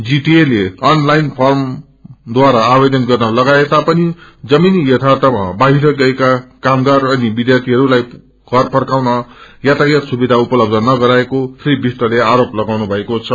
GTA ले online फार्मद्वारा आवेदनगर्न लगाए तापनि जमीनी यार्रातमा बाहिर गएका कामगार अनि विध्यार्थीहरूलाई षर फर्काउन यातायात सुविधा उपलब्ध नगराएको श्री विष्टले लगाउनुभएको छ